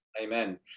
amen